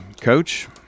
coach